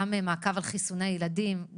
ערכנו גם מעקב אחר חיסוני ילדים,